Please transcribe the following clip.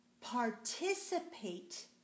participate